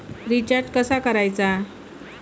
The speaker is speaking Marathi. रिचार्ज कसा करायचा?